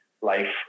life